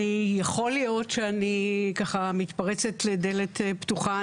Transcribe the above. יכול להיות שאני ככה מתפרצת לדלת פתוחה,